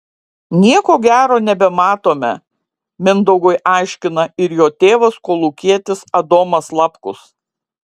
nieko gero nebematome mindaugui aiškina ir jo tėvas kolūkietis adomas lapkus